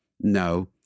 No